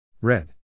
Red